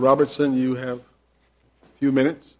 roberts and you have a few minutes